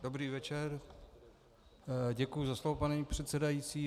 Dobrý večer, děkuji za slovo, paní předsedající.